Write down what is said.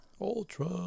Ultra